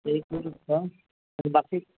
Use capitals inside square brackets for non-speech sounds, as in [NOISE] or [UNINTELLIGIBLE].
[UNINTELLIGIBLE] बाकी